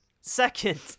second